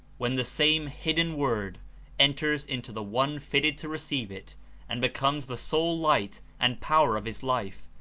when the same hidden word enters into the one fitted to receive it and becomes the sole light and power of his life,